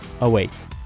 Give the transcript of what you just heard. awaits